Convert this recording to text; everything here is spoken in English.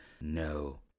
No